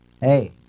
Hey